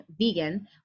vegan